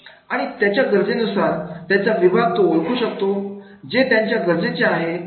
आणि त्याच्या गरजेनुसार त्याचा विभाग तो ओळखू शकतो जे त्याच्या गरजेचे आहे